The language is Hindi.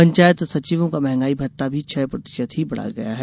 पंचायत सचिवों का महंगाई भत्ता भी छह प्रतिशत ही बढ़ाया गया है